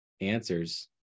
answers